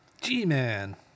G-Man